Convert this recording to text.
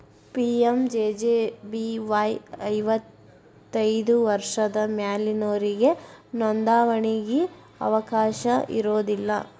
PMJJBY ಐವತ್ತೈದು ವರ್ಷದ ಮ್ಯಾಲಿನೊರಿಗೆ ನೋಂದಾವಣಿಗಿ ಅವಕಾಶ ಇರೋದಿಲ್ಲ